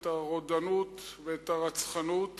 את הרודנות ואת הרצחנות,